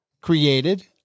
created